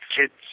kids